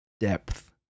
depth